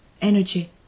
energy